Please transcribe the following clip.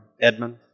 Edmund